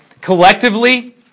Collectively